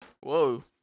Whoa